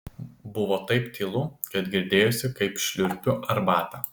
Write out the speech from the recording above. buvo taip tylu kad girdėjosi kaip šliurpiu arbatą